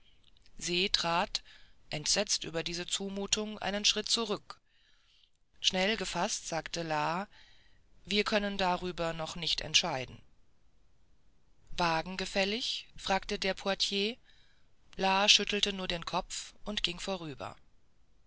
se trat entsetzt über diese zumutung einen schritt zurück schnell gefaßt sagte la wir können darüber noch nicht entscheiden wagen gefällig fragte der portier la schüttelte nur den kopf und ging vorüber